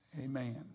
Amen